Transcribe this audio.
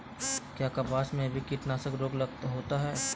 क्या कपास में भी कीटनाशक रोग होता है?